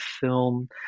film